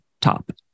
top